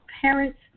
parents